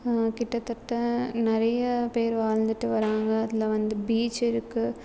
கிட்டத்தட்ட நிறைய பேர் வாழ்ந்துகிட்டு வராங்க அதில் வந்து பீச் இருக்குது